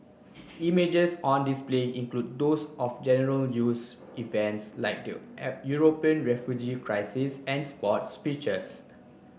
images on display include those of general news events like the European refugee crisis and sports features